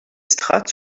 strates